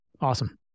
Awesome